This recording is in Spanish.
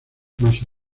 masa